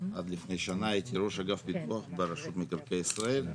עד לפני שנה הייתי ראש אגף פיתוח ברשות מקרקעי ישראל.